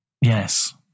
yes